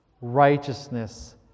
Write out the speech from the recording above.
righteousness